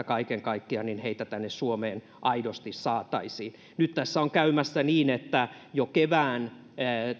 kaiken kaikkiaan tänne suomeen aidosti saataisiin nyt tässä on käymässä niin että kun kevään